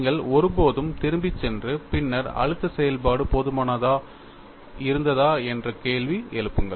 நீங்கள் ஒருபோதும் திரும்பிச் சென்று பின்னர் அழுத்த செயல்பாடு போதுமானதாக இருந்ததா என்று கேள்வி எழுப்புங்கள்